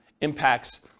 impacts